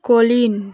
colin